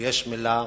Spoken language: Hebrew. והמלה אדם.